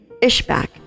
Ishbak